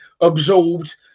absorbed